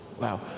Wow